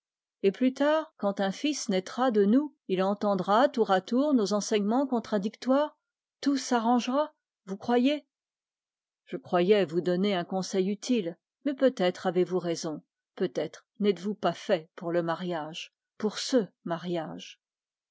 paris plus tard quand un fils naîtra de nous il entendra tour à tour nos enseignements contradictoires tout s'arrangera vous croyez je croyais vous donner un conseil utile mais peut-être avez-vous raison peut-être n'êtes-vous pas fait pour le mariage pour ce mariage